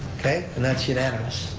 okay, and that's unanimous.